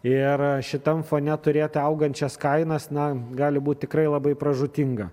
ir šitam fone turėti augančias kainas na gali būt tikrai labai pražūtinga